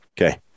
Okay